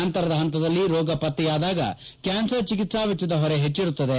ನಂತರದ ಹಂತದಲ್ಲಿ ರೋಗ ಪತ್ತೆಯಾದಾಗ ಕ್ಲಾನರ್ ಚಿಕಿತ್ನಾ ವೆಚ್ಚದ ಹೊರೆ ಹೆಚ್ಚರುತ್ತದೆ